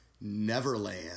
Neverland